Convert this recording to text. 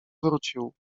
wrócił